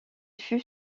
fut